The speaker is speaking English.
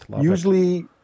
Usually